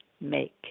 make